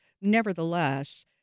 Nevertheless